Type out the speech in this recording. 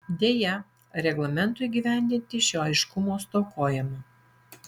deja reglamentui įgyvendinti šio aiškumo stokojama